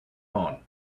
own